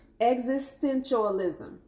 existentialism